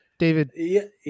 David